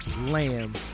lamb